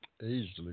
easily